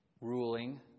ruling